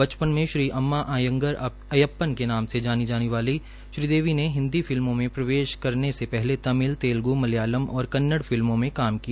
बचपन में श्री अम्मा अयंगर अयप्पन के नाम से जानी जाने वाली श्रीदेवी ने हिन्दी फिल्मों में प्रवेश करने से पहले तमिल तेलगूमलयालम और कन्नड़ फिल्मों में काम किया